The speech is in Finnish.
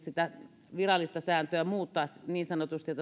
sitä virallista sääntöä niin sanotusti